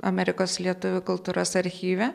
amerikos lietuvių kultūros archyve